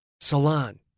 Salon